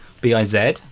B-I-Z